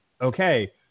okay